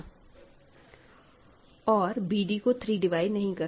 और bd को 3 divide नहीं करता है